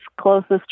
closest